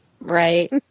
Right